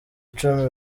icumi